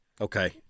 Okay